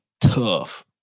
Tough